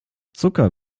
zucker